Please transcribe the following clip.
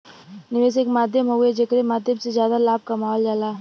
निवेश एक माध्यम हउवे जेकरे माध्यम से जादा लाभ कमावल जाला